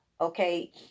okay